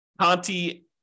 Conti